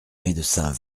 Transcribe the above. médecin